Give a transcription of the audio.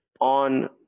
on